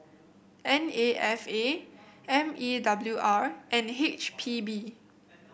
N A F A M E W R and H P B